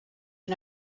and